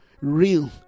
real